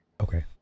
Okay